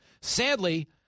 Sadly